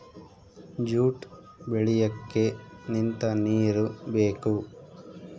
jute ಬೆಳಿಯಕ್ಕೆ ನಿಂತ ನೀರು ಬೇಕು